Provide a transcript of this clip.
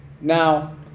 now